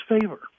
favor